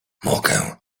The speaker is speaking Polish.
mogę